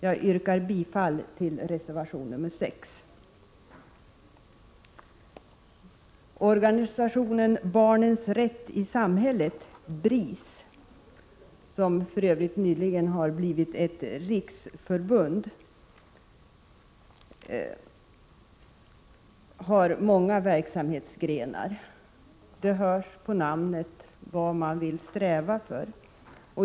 Jag yrkar bifall till reservation 6. Organisationen Barnens rätt i samhället, BRIS, som för övrigt nyligen har blivit ett riksförbund, har många verksamhetsgrenar. Det hörs på namnet vad man vill sträva för.